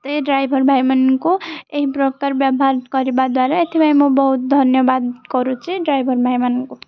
driver ଭାଇମାନଙ୍କୁ ଏହି ପ୍ରକାର ବ୍ୟବହାର କରିବା ଦ୍ୱାରା ଏଥିପାଇଁ ମୁଁ ବହୁତ ଧନ୍ୟବାଦ କରୁଛି ଡ୍ରାଇଭର୍ ଭାଇମାନଙ୍କୁ